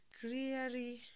clearly